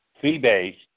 fee-based